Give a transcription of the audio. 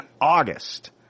August